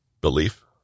Belief